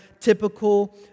typical